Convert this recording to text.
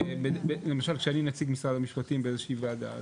למשל כשאני נציג משרד המשפטים בוועדה כלשהי,